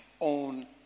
own